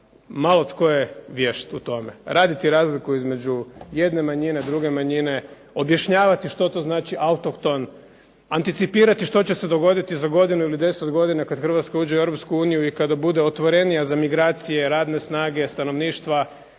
malo tko je vješt u tome. Raditi razliku između jedne manjine, druge manjine, objašnjavati što to znači autohton, anticipirati što će se dogoditi za godinu ili 10 godina kad Hrvatska uđe u Europsku uniju i kada bude otvorenija za migracije, radne snage, stanovništva,